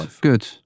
Good